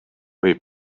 või